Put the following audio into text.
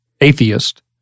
atheist